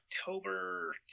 October